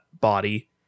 body